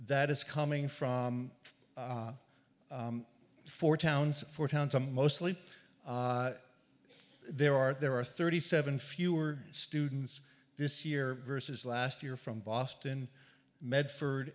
that is coming from four towns four towns a mostly there are there are thirty seven fewer students this year versus last year from boston medford